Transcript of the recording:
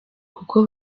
kuko